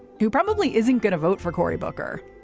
who probably isn't going to vote for cory booker,